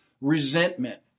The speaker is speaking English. Resentment